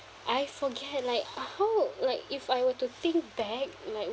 I forget like how like if I were to think back like